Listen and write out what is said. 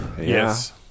yes